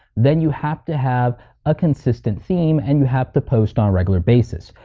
then you have to have a consistent theme and you have to post on a regular basis.